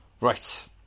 right